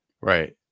Right